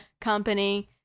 company